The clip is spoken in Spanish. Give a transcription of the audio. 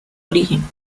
origen